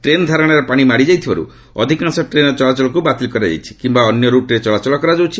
train ଧାରଣାରେ ପାଣି ମାଡ଼ିଯାଇଥିବାରୁ ଅଧିକାଂଶ ଟ୍ରେନ୍ର ଚଳାଚଳକୁ ବାତିଲ କରାଯାଇଛି କିମ୍ବା ଅନ୍ୟ ରୁଟ୍ରେ ଚଳାଚଳ କରାଯାଉଛି